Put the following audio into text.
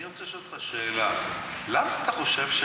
אני רוצה לשאול אותך שאלה: למה, אתה חושב,